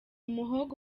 muhogo